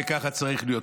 וככה צריך להיות.